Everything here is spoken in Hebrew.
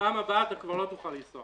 בפעם הבאה אתה כבר לא תוכל לנסוע.